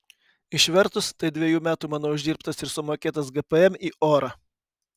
išvertus tai dviejų metų mano uždirbtas ir sumokėtas gpm į orą